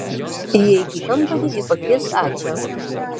įeik į kambarį ir pakviesk ačą